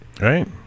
Right